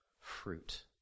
fruit